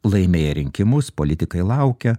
laimėję rinkimus politikai laukia